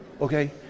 Okay